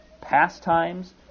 pastimes